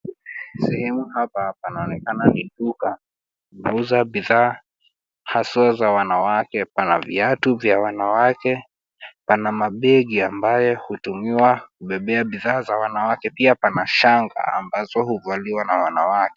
Sehemu hapa panaonekana ni duka. Linauza bidhaa, haswa za wanawake. Pana viatu vya wanawake, pana mabegi ambayo hutumiwa kubebea bidhaa za wanawake. Pia pana shanga ambazo huvaliwa na wanawake.